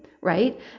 right